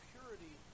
Purity